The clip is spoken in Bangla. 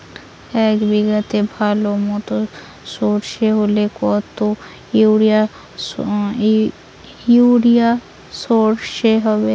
এক বিঘাতে ভালো মতো সর্ষে হলে কত ইউরিয়া সর্ষে হয়?